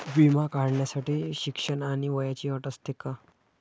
विमा काढण्यासाठी शिक्षण आणि वयाची अट असते का?